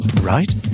Right